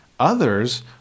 Others